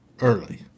early